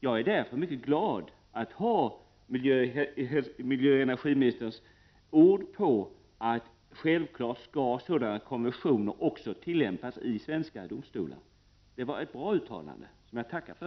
Jag är därför mycket glad att ha miljöoch energiministerns ord på att sådana konventioner självfallet också skall tillämpas i svenska domstolar. Det var ett bra uttalande, som jag tackar för.